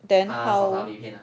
then how